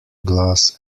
glass